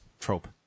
trope